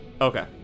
Okay